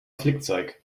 flickzeug